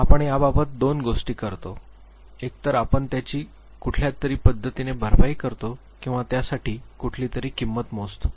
आपण याबाबत दोन गोष्टी करतो एक तर आपण त्याची कुठल्यातरी पद्धतीने भरपाई करतो किंवा त्यासाठी कुठलीतरी किंमत मोजतो